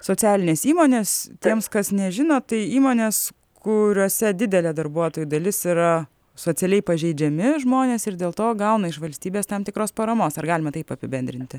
socialinės įmonės tiems kas nežino tai įmonės kuriose didelė darbuotojų dalis yra socialiai pažeidžiami žmonės ir dėl to gauna iš valstybės tam tikros paramos ar galima taip apibendrinti